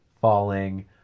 falling